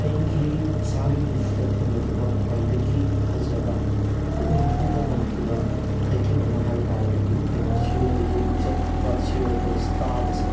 ꯑꯩꯒꯤ ꯏꯁꯥꯒꯤ ꯄꯨꯟꯁꯤꯗ ꯊꯦꯡꯅꯈꯤꯕ ꯈ꯭ꯋꯥꯏꯗꯒꯤ ꯐꯖꯕ ꯄꯨꯛꯅꯤꯡ ꯍꯨꯕ ꯉꯝꯈꯤꯕ ꯍꯥꯏꯀꯤꯡ ꯑꯃ ꯍꯥꯏ ꯇꯥꯔꯒꯗꯤ ꯑꯩꯈꯣꯏꯅ ꯁꯤꯔꯣꯏ ꯂꯤꯂꯤ ꯆꯠꯄ ꯁꯤꯔꯣꯏ ꯍꯤꯜꯁ ꯀꯥꯕꯁꯦ